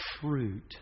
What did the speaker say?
fruit